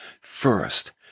first